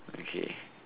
okay